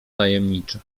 tajemniczo